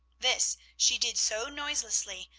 this she did so noiselessly,